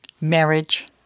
marriage